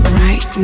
right